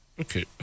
Okay